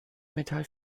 metall